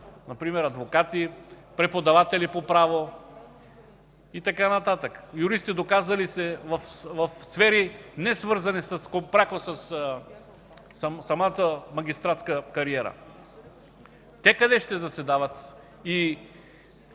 например адвокати, преподаватели по право – юристи, доказали се в сфери, несвързани пряко със самата магистратска кариера. Те къде ще заседават